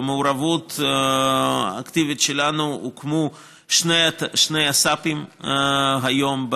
במעורבות אקטיבית שלנו הוקמו שני אס"פים היום,